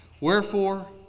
Wherefore